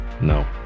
No